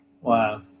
Wow